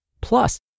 Plus